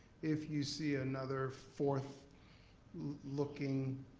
if you see another fourth looking